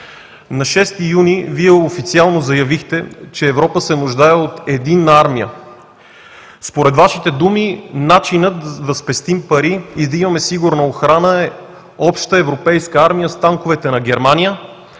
На 6 юни Вие официално заявихте, че Европа се нуждае от единна армия. Според Вашите думи, начинът да спестим пари и да имаме сигурна охрана е обща европейска армия с танковете на Германия,